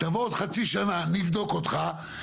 נבוא בעוד חצי שנה נבדוק אותך,